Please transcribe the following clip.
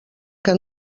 que